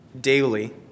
Daily